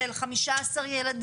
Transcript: של 15 ילדים.